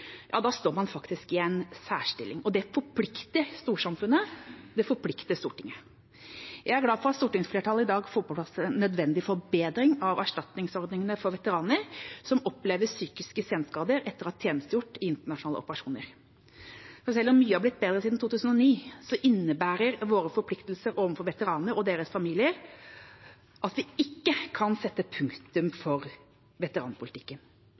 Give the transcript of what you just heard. ja da står man faktisk i en særstilling, og det forplikter storsamfunnet, det forplikter Stortinget. Jeg er glad for at stortingsflertallet i dag får på plass nødvendig forbedring av erstatningsordningene for veteraner som opplever psykiske senskader etter å ha tjenestegjort i internasjonale operasjoner. Selv om mye har blitt bedre siden 2009, innebærer våre forpliktelser overfor veteranene og deres familier at vi ikke kan sette punktum for veteranpolitikken.